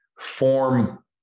form